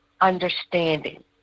understanding